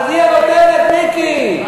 אבל היא הנותנת, מיקי.